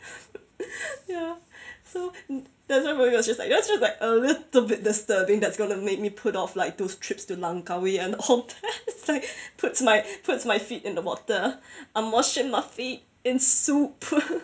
ya so that's why that was just like that was just like a little bit disturbing that's going to make me put off like two trips to langkawi and all that it's like puts my puts my feet in the water I'm washing my feet in soup